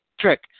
trick